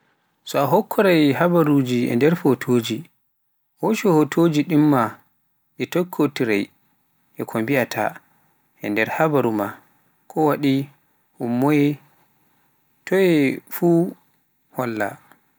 so a hokkorai habbaru nde potoji, hoccu potoji nɗin ɗi tokkotiira e konbiaata, nder habaruma, waɗi, um moye, e toye fuu holla.